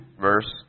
Verse